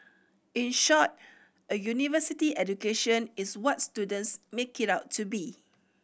in short a university education is what students make it out to be